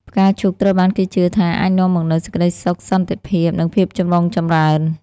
ផ្កាឈូកត្រូវបានគេជឿថាអាចនាំមកនូវសេចក្តីសុខ សន្តិភាព និងភាពចម្រុងចម្រើន។